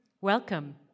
Welcome